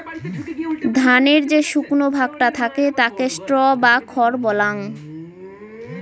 ধানের যে শুকনো ভাগটা থাকে তাকে স্ট্র বা খড় বলাঙ্গ